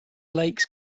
lakes